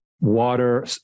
water